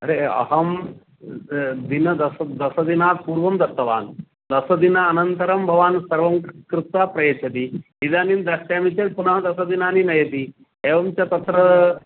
अरे अहं दिनं दश दशदिनात् पूर्वं दत्तवान् दशदिनानन्तरं भवान् सर्वं कृत्वा प्रयच्छति इदानीं द्रक्ष्यामि चेत् पुनः दश दिनानि नयति एवं च तत्र